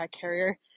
carrier